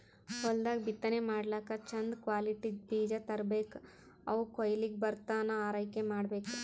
ಹೊಲ್ದಾಗ್ ಬಿತ್ತನೆ ಮಾಡ್ಲಾಕ್ಕ್ ಚಂದ್ ಕ್ವಾಲಿಟಿದ್ದ್ ಬೀಜ ತರ್ಬೆಕ್ ಅವ್ ಕೊಯ್ಲಿಗ್ ಬರತನಾ ಆರೈಕೆ ಮಾಡ್ಬೇಕ್